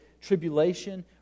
tribulation